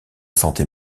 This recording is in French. santé